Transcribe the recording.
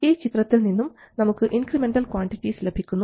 ഈ ചിത്രത്തിൽ നിന്നും നമുക്ക് ഇൻക്രിമെൻറൽ ക്വാണ്ടിറ്റിസ് ലഭിക്കുന്നു